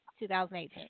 2018